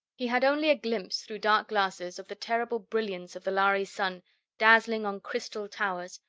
he had only a glimpse, through dark glasses, of the terrible brilliance of the lhari sun dazzling on crystal towers,